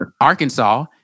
Arkansas